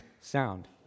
sound